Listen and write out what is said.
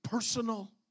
Personal